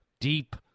deep